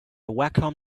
wacom